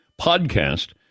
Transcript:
podcast